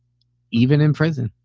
even in prison.